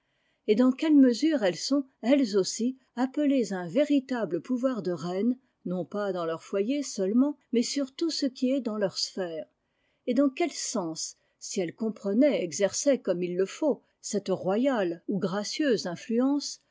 et dans quelle mesure elles sont elles aussi appelées à un véritable pouvoir de reines non pas dans leur foyer seulement mais sur tout ce qui est dans leur sphère et dans quel sens si elles comprenaient et exerçaient comme il le faut cette royale ou gracieuse